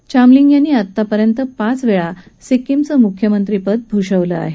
चामलिंग यांनी आतापर्यंत पाचवेळा सिक्कीमचं मुख्यमंत्रीपद भूषवलं आहे